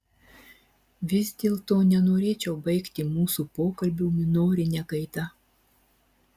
vis dėlto nenorėčiau baigti mūsų pokalbio minorine gaida